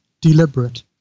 deliberate